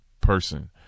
person